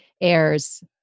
airs